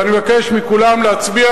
ואני מבקש מכולם להצביע.